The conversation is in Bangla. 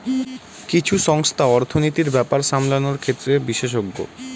কিছু সংস্থা অর্থনীতির ব্যাপার সামলানোর ক্ষেত্রে বিশেষজ্ঞ